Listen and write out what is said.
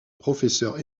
professeure